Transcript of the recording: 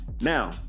Now